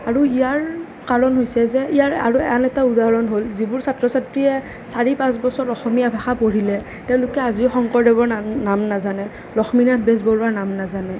আৰু ইয়াৰ কাৰণ হৈছে যে ইয়াৰ আন এটা উদাহৰণ হ'ল যিবোৰ ছাত্ৰ ছাত্ৰীয়ে চাৰি পাঁচ বছৰ অসমীয়া ভাষা পঢ়িলে তেওঁলোকে আজিও শংকৰদেৱৰ নাম নাজানে লক্ষ্মীনাথ বেজবৰুৱাৰ নাম নাজানে